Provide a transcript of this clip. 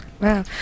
Wow